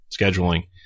scheduling